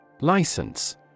license